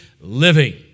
living